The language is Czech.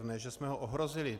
Ne že jsme ho ohrozili.